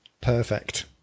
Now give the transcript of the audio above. perfect